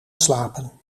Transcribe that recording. slapen